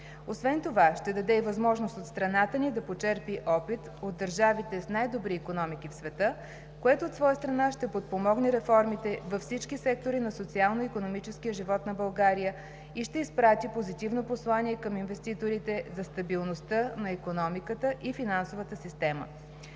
Освен това ще даде и възможност страната ни да почерпи опит от държавите с най-добри икономики в света, което, от своя страна, ще подпомогне реформите във всички сектори на социално-икономическия живот на България и ще изпрати позитивно послание към инвеститорите за стабилността на икономиката и финансовата система.